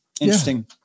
Interesting